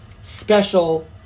special